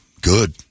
Good